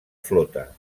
flota